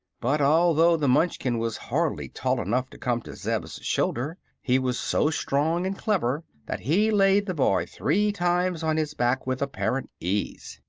but although the munchkin was hardly tall enough to come to zeb's shoulder he was so strong and clever that he laid the boy three times on his back with apparent ease.